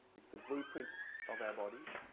it's the blueprint of our bodies.